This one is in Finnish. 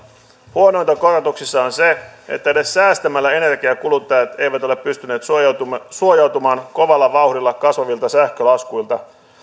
huonointa korotuksissa on se että edes säästämällä energiaa kuluttajat eivät ole pystyneet suojautumaan suojautumaan kovalla vauhdilla kasvavilta sähkölaskuilta